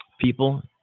People